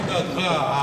לפי דעתך,